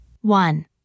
One